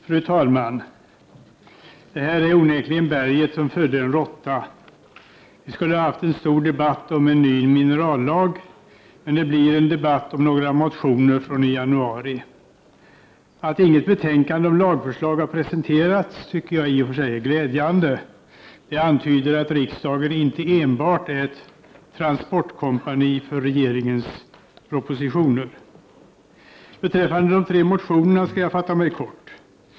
Fru talman! Detta är onekligen berget som födde en råtta. Vi skulle ha haft en stor debatt om en ny minerallag, men det blir en debatt om några motioner från i januari. Att inget betänkande om lagförslag har presenterats tycker jag i och för sig är glädjande; det antyder att riksdagen inte enbart är ett transportkompani för regeringens propositioner. Beträffande de tre motionerna skall jag fatta mig kort.